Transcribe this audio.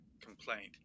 complaint